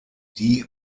die